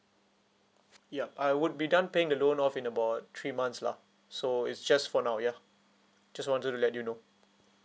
yup I would be done paying the loan off in about three months lah so it's just for now ya just wanted to let you know